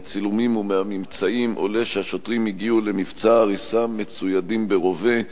מהצילומים ומהממצאים עולה שהשוטרים הגיעו למבצע ההריסה מצוידים ברובה.